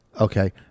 okay